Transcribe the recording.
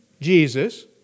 Jesus